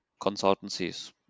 consultancies